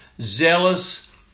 zealous